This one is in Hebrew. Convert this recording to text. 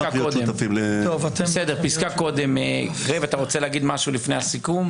קריב, אתה רוצה להגיד משהו לפני הסיכום?